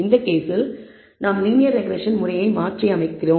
இந்த கேஸில் நாம் லீனியர் ரெக்ரெஸ்ஸன் முறையை மட்டுமே மாற்றியமைக்கிறோம்